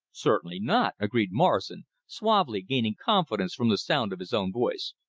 certainly not, agreed morrison, suavely, gaining confidence from the sound of his own voice.